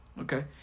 Okay